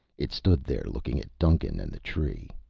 it stood there looking at duncan and the tree.